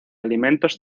alimentos